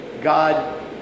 God